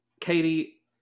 Katie